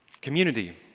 community